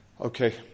okay